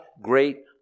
great